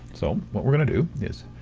so, what we're going to do is,